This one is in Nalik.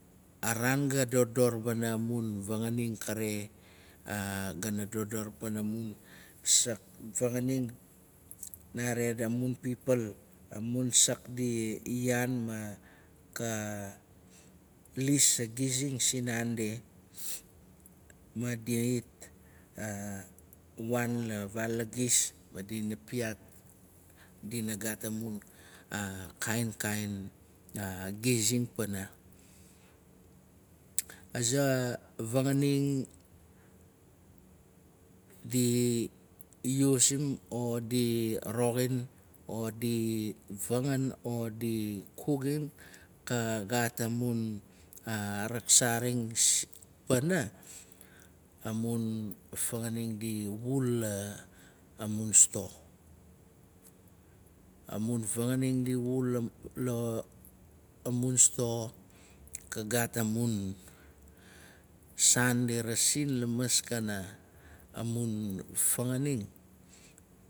A raan ga dodor wana mun fanganing kare. gana dodor wana mun sak fanganing. nare amun pipal. amun sak di yaan ma ka lis agizing sin naandi ma dit waan la vaal agis. Ma dina piat dina gaat amun kainkain gizing pana. Aza vanganing di usim odi roxin odi fangan o di kukim. ka gaat amun raksaring pana. amun fanganing di wul la amun sto. A mun fanganingdi wul la sto, kagaat amun saan di rasin lamaskana amun fanganing.